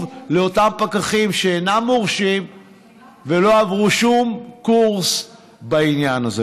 לאותם פקחים שאינם מורשים ושלא עברו שום קורס בעניין הזה.